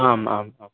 आम् आम् आम्